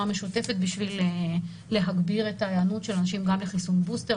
משותפת כדי להגביר את ההיענות של אנשים גם לחיסון בוסטר.